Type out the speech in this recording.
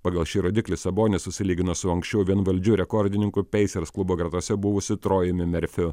pagal šį rodiklį sabonis susilygino su anksčiau vienvaldžiu rekordininku peisers klubo gretose buvusi trojumi merfiu